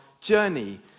journey